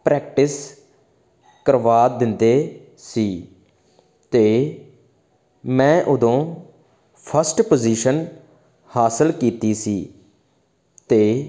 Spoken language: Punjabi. ਪ੍ਰੈਕਟਿਸ ਕਰਵਾ ਦਿੰਦੇ ਸੀ ਅਤੇ ਮੈਂ ਉਦੋਂ ਫਸਟ ਪੋਜੀਸ਼ਨ ਹਾਸਲ ਕੀਤੀ ਸੀ ਅਤੇ